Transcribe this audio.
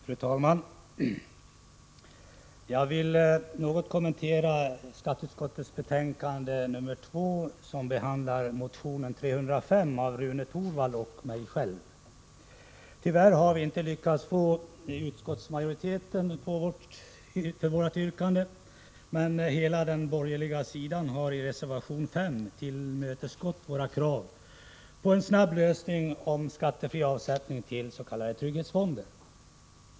Fru talman! Jag vill något kommentera skatteutskottets betänkande nr 2, som behandlar motion 305 av Rune Torwald och mig. Tyvärr har vi inte lyckats få utskottsmajoriteten med på vårt yrkande, men hela den borgerliga sidan har i reservation 5 tillmötesgått våra krav på en snabb lösning av frågan om skattefri avsättning till s.k. trygghetsfonder.